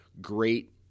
great